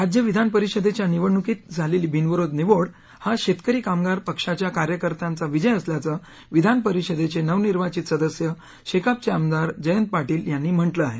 राज्य विधानपरिषदेच्या निवडणूकीत झालेली बिनविरोध निवड हा शेतकरी कामगार पक्षाच्या कार्यकर्त्यांचा विजय असल्याचं विधानपरिषदेचे नवनिर्वाचित सदस्य शेकापचे आमदार जयंत पाटील यांनी म्हटलं आहे